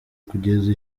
kugeza